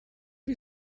you